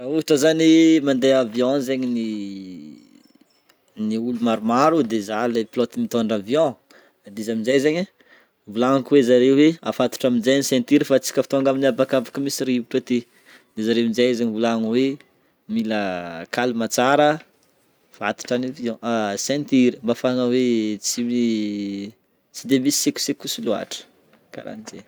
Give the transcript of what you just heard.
Raha ohatra zany mandeha avion zegny ny ny olo maromaro de zah le pilote mitondra avion de izy amin'jay zegny volagniko hoe zare hoe afatotra amin'jay ny ceinture fa tsika efa tonga amin'ny habakabaka misy rivotra aty, de zare amin'jay zegny volagnina hoe mila calme tsara, afatotrotra ny avion ceinture mba afahagna hoe tsy hoe de misy sec- secousse loatra, karahan'jay.